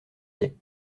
biais